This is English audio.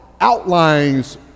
outlines